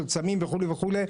של סמים וכו' וכו'.